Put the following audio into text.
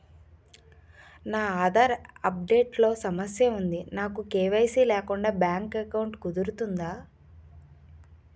నా Aadhaar update లో సమస్య వుంది నాకు కే.వై.సీ లేకుండా బ్యాంక్ ఎకౌంట్దొ రుకుతుందా?